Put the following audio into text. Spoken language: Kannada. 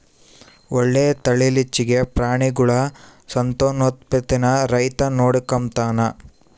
ಒಳ್ಳೆ ತಳೀಲಿಚ್ಚೆಗೆ ಪ್ರಾಣಿಗುಳ ಸಂತಾನೋತ್ಪತ್ತೀನ ರೈತ ನೋಡಿಕಂಬತಾನ